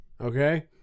Okay